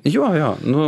jo jo nu